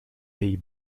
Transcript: pays